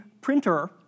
printer